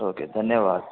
okay धन्यवाद